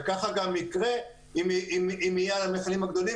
וככה גם יקרה אם יהיה על המיכלים הגדולים